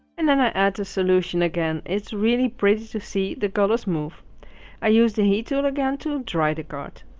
and then i add the solution again it's really pretty to see the colours move i use the heat tool again to dry the card